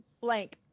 blank